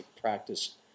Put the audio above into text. practice